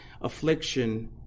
affliction